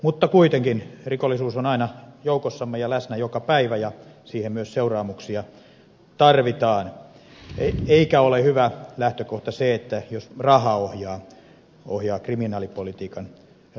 mutta kuitenkin rikollisuus on aina joukossamme ja läsnä joka päivä ja siihen myös seuraamuksia tarvitaan eikä ole hyvä lähtökohta se jos raha ohjaa kriminaalipolitiikan suuntaa